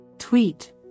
Tweet